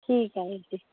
ਠੀਕ ਹੈ ਵੀਰ ਜੀ